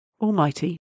Almighty